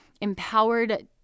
empowered